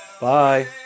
Bye